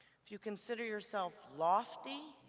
if you consider yourself lofty.